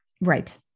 Right